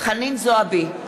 חנין זועבי,